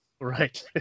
Right